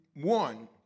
One